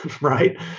right